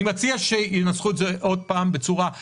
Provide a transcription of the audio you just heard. אני מציע שינסחו את זה פעם נוספת בצורה טובה יותר.